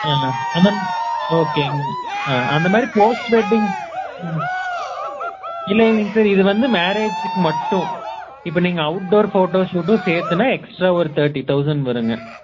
ஆ ஓகேங்க ஆ அந்தமாதிரி போஸ்ட் வெட்டிங் ம் இல்லை இல்லைங்க சார் இது வந்து மேரேஜிக்கு மட்டும் இப்போ நீங்கள் அவுட்டோர் ஃபோட்டோ சூட்டும் சேர்த்துனா எக்ஸ்ட்ரா ஒரு தேர்ட்டி தௌசண்ட் வரும்ங்க